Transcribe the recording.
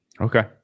okay